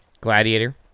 Gladiator